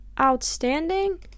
outstanding